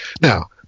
Now